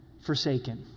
forsaken